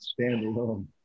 standalone